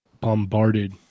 bombarded